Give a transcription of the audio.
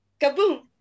kaboom